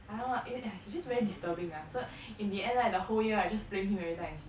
I don't know ah it~ it's just very disturbing ah so in the end like the whole year I just flame him every time I see him